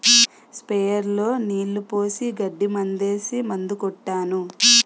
sprayer లో నీళ్లు పోసి గడ్డి మందేసి మందు కొట్టాను